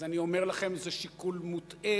אז אני אומר לכם: זה שיקול מוטעה,